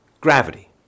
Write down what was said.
gravity